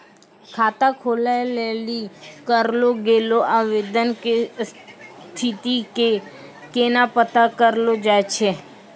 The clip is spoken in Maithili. खाता खोलै लेली करलो गेलो आवेदन के स्थिति के केना पता करलो जाय छै?